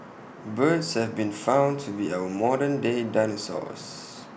birds have been found to be our modern day dinosaurs